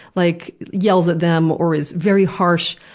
like, yells at them or is very harsh.